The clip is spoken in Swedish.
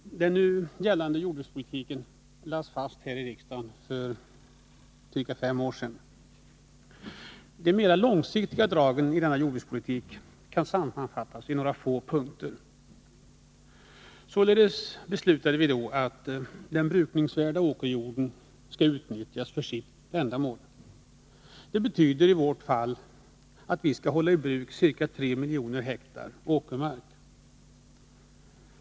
Herr talman! Den nu gällande jordbrukspolitiken lades fast här i riksdagen för ca fem år sedan. De mer långsiktiga dragen i denna jordbrukspolitik kan sammanfattas i några få punkter. Således beslutade vi då att den brukningsvärda åkerjorden skall utnyttjas för sitt ändamål. Det betyder att vi skall hålla i bruk ca 3 miljoner hektar åkermark.